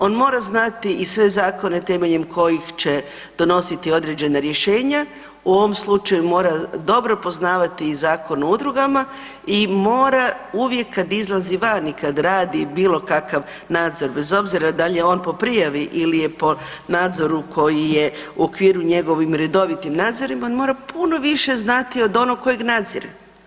On mora znati i sve zakone temeljem kojih će donositi određena rješenja, u ovom slučaju mora dobro poznavati Zakon o udrugama i mora uvijek kad izlazi van i kad radi bilo kakav nadzor, bez obzira da li je on po prijavi ili je po nadzoru koji je u okviru njegovih redovitih nadzora, on mora puno više znati od onoga kojeg nadzire.